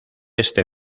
este